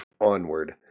onward